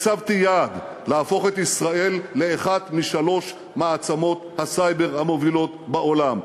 הצבתי יעד להפוך את ישראל לאחת משלוש מעצמות הסייבר המובילות בעולם,